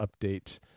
update